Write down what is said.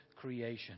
creation